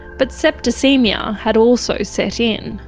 but septicaemia had also set in.